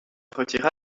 retira